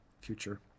future